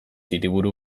hiriburu